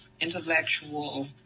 intellectual